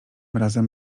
razem